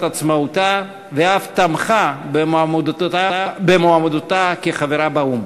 עצמאותה ואף תמכה במועמדותה כחברה באו"ם.